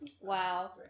wow